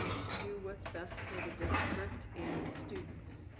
um to do what's best for the district and students.